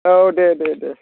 औ दे दे दे